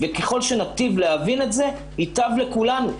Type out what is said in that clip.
ככל שנטיב להבין את זה, ייטב לכולנו.